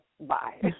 bye